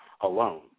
alone